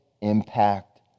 Impact